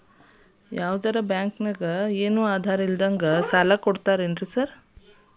ಯಾವದರಾ ಬ್ಯಾಂಕ್ ನಾಗ ಏನು ಆಧಾರ್ ಇಲ್ದಂಗನೆ ಸಾಲ ಕೊಡ್ತಾರೆನ್ರಿ ಸಾರ್?